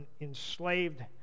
enslaved